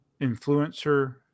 Influencer